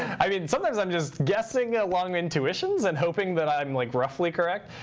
i mean, sometimes i'm just guessing long intuitions and hoping that i'm like roughly correct.